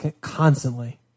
constantly